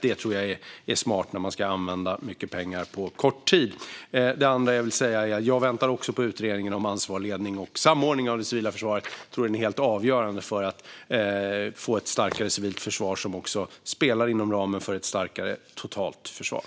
Det tror jag är smart när man ska använda mycket pengar på kort tid. Jag väntar också på utredningen om ansvar, ledning och samordning av det civila försvaret. Jag tror att detta är helt avgörande för att få ett starkare civilt försvar som också spelar inom ramen för ett starkare totalförsvar.